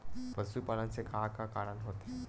पशुपालन से का का कारण होथे?